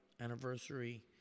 anniversary